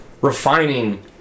refining